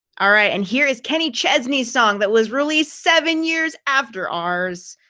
all right, and here is kenny chesney song that was really seven years after ours,